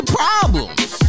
problems